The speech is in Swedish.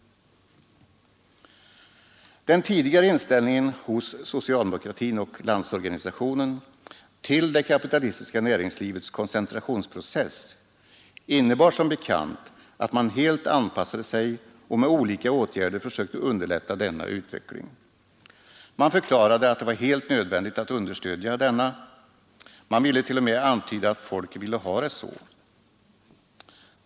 Den tidigare inställningen hos socialdemokratin och Landsorganisationen till det kapitalistiska näringslivets koncentrationsprocess innebar som bekant att man helt anpassade sig och med olika åtgärder försökte underlätta denna utveckling. Man förklarade att det var helt nödvändigt att understödja denna. Man ville t.o.m. antyda att folk ville ha det så.